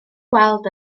gweld